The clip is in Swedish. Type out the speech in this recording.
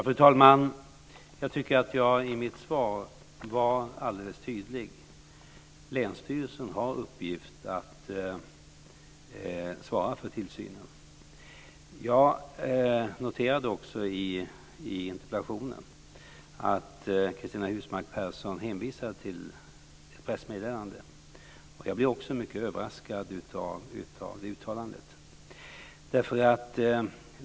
Fru talman! Jag tycker att jag i mitt svar var alldeles tydlig. Länsstyrelsen har till uppgift att svara för tillsynen. Jag noterade också i interpellationen att Cristina Husmark Pehrsson hänvisar till ett pressmeddelande. Jag blev också mycket överraskad av det uttalandet.